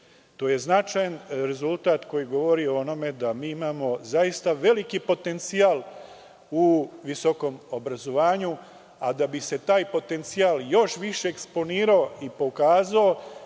To je značajan rezultat koji govori da imamo zaista veliki potencijal u visokom obrazovanju, a da bi se taj potencijal još više eksponirao i pokazao,